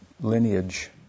lineage